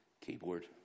keyboard